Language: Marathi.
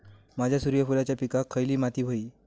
माझ्या सूर्यफुलाच्या पिकाक खयली माती व्हयी?